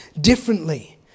differently